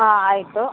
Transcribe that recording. ಹಾಂ ಆಯಿತು